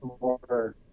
more